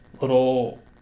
little